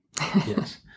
Yes